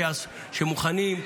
שמוכנים,